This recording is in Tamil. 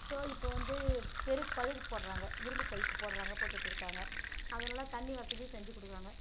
ஸோ இப்போது வந்து தெருக்கு பழுகு போடுகிறாங்க இரும்பு பைப்பு போடுகிறாங்க போட்டுட்டு இருக்காங்க அதனால தண்ணி வசதியும் செஞ்சு கொடுக்குறாங்க